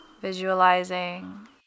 Visualizing